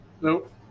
Nope